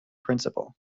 principal